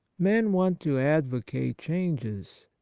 men want to advocate changes,